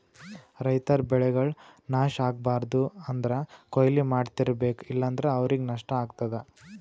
ರೈತರ್ ಬೆಳೆಗಳ್ ನಾಶ್ ಆಗ್ಬಾರ್ದು ಅಂದ್ರ ಕೊಯ್ಲಿ ಮಾಡ್ತಿರ್ಬೇಕು ಇಲ್ಲಂದ್ರ ಅವ್ರಿಗ್ ನಷ್ಟ ಆಗ್ತದಾ